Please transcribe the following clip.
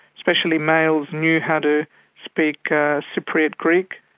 especially males, knew how to speak cypriot greek.